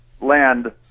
land